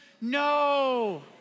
no